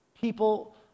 People